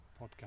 podcast